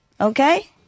Okay